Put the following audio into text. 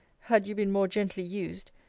had you been more gently used,